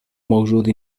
موجود